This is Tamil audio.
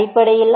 அடிப்படையில்